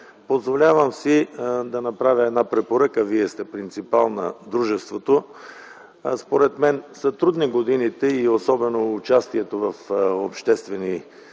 Позволявам си да направя една препоръка – Вие сте принципал на дружеството. Според мен годините са трудни и особено участието в обществени